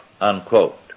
unquote